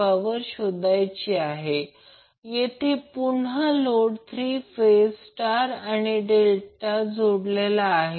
जर ते बघितले तर बॅलन्स फेज व्होल्टेज 100V दिले आहे